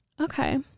Okay